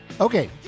Okay